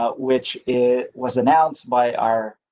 ah which it was announced by our.